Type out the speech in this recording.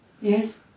Yes